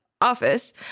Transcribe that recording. office